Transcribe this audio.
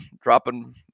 dropping